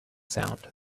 sound